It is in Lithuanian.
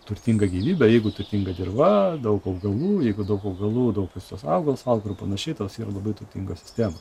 turtinga gyvybė jeigu turtinga dirva daug augalų jeigu daug augalų daug visas augalas auga ir panašiai tas yra labai turtinga sistema